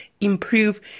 improve